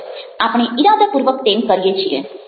આપણે ઇરાદાપૂર્વક તેમ કરીએ છીએ